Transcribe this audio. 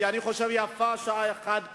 אני חושב שיפה שעה אחת קודם,